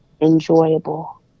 enjoyable